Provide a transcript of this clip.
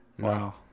Wow